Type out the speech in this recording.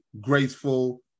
graceful